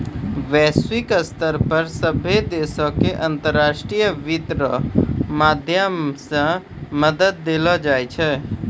वैश्विक स्तर पर सभ्भे देशो के अन्तर्राष्ट्रीय वित्त रो माध्यम से मदद देलो जाय छै